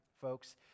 folks